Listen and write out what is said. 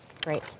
Great